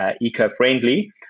eco-friendly